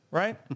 right